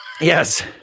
Yes